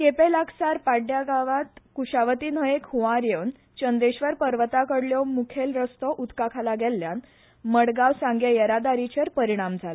केपें लागसार पाड्डें गांवांत कुशावती न्हंयेक हुंवार येवन चंद्रेश्वर पर्वता कडलो मुखेल रस्तो उदका खाला गेल्ल्यान मडगांव सांगें येरादारीचेर परिणाम जाला